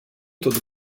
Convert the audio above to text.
todo